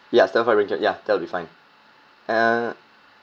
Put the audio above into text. ya stir fried beancurd ya that will be fine uh